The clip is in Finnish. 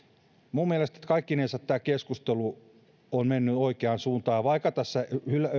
minun mielestäni kaikkinensa tämä keskustelu on mennyt oikeaan suuntaan vaikka tässä